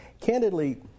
Candidly